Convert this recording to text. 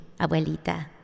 Abuelita